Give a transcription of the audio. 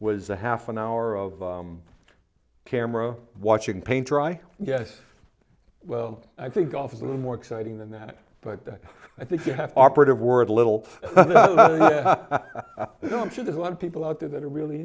was a half an hour of camera watching paint dry yes well i think golf is a little more exciting than that but i think you have to operative word a little i'm sure there's a lot of people out there that are really